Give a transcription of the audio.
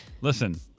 listen